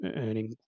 earning